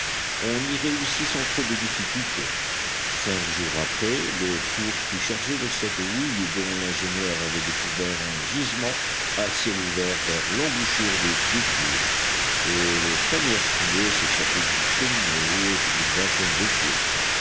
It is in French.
on y réussit sans trop de difficulté cinq jours après le four fut chargé de cette houille dont l'ingénieur avait découvert un gisement à ciel ouvert vers l'embouchure du creek rouge et les premières fumées s'échappaient d'une cheminée haute d'une vingtaine de pieds